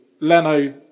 Leno